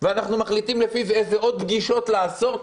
ואנחנו מחליטים לפי זה איזה עוד פגישות לעשות.